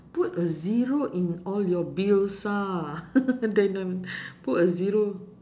put a zero in all your bills ah then put a zero